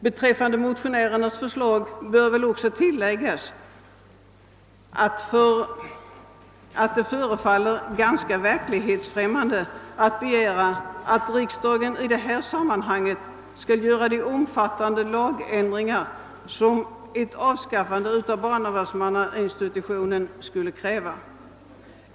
Beträffande motionärernas förslag bör väl också tilläggas, att det förefaller ganska verklighetsfrämmande att begära att riksdagen i det här sammanhanget skall göra de omfattande lagändringar som ett avskaffande av barnavårdsmannainstitutionen skulle kräva.